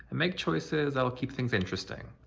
make choices that will keep things interesting.